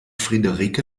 friederike